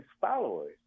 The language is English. followers